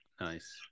Nice